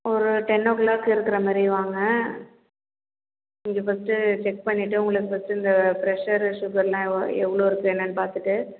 ஒரு ten o'clock இருக்கிற மாரி வாங்க இங்கே ஃபஸ்ட்டு செக் பண்ணிட்டு உங்களுக்கு ஃபஸ்ட்டு இந்த ப்ரெஷரு ஷுகர்லாம் எவ்வளோ எவ்வளோ இருக்குது என்னான்னு பார்த்துட்டு